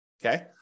Okay